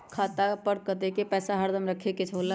खाता पर कतेक पैसा हरदम रखखे के होला?